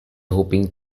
hoping